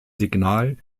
signal